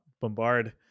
bombard